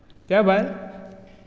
त्या भायर